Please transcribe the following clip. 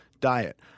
diet